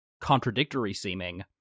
contradictory-seeming